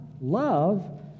love